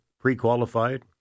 pre-qualified